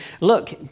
look